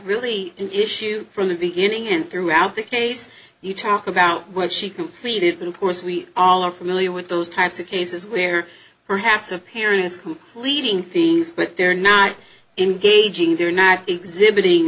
really an issue from the beginning and throughout the case you talk about what she completed and course we all are familiar with those types of cases where perhaps of parents who are leading things but they're not engaging they're not exhibiting